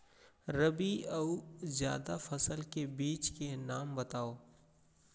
रबि अऊ जादा फसल के बीज के नाम बताव?